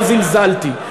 לא זלזלתי.